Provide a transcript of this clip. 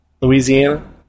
Louisiana